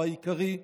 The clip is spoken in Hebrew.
או העיקרי,